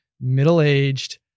middle-aged